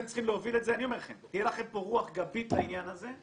תהיה לכם פה רוח גבית לעניין הזה.